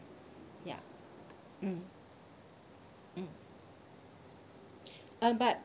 ya mm mm uh but